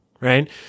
right